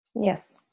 Yes